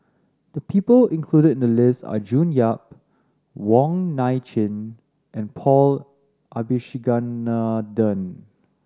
the people included in the list are June Yap Wong Nai Chin and Paul Abisheganaden